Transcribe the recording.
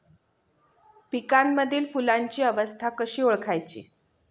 पिकांमधील फुलांची अवस्था कशी ओळखायची?